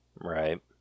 Right